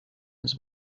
his